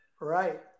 Right